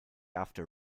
after